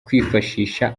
kwifashisha